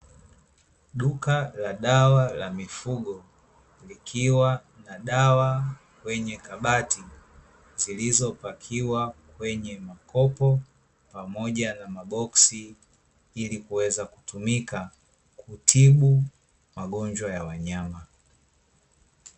Duka la Dawa la mifugo, likiwa na dawa kwenye kabati zilizopakiwa kwenye makopo pamoja na maboksi ili kuweza kutumika kutibu magonjwa ya wanyama.